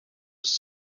was